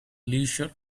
leisure